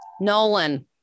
Nolan